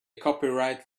copyright